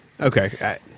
Okay